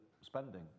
spending